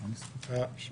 אושרה.